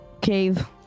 cave